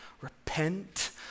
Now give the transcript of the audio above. Repent